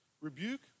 Rebuke